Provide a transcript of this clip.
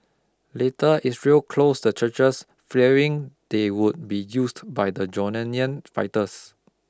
later Israel closed the churches fearing they would be used by the Jordanian fighters